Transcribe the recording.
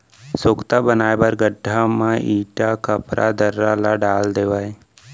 सोख्ता बनाए बर गड्ढ़ा म इटा, खपरा, दर्रा ल डाल देवय